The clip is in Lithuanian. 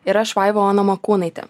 ir aš vaiva ona makūnaitė